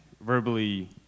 verbally